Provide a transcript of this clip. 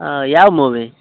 ಹಾಂ ಯಾವ ಮೂವಿ